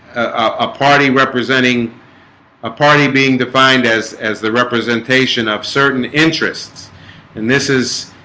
a party representing a party being defined as as the representation of certain interests and this is